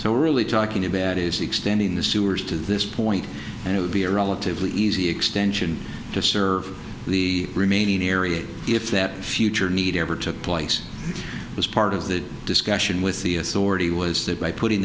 so we're really talking about is extending the sewers to this point and it would be easy extension to serve the remaining area if that future need ever took place was part of the discussion with the authority was that by putting